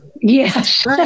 Yes